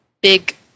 big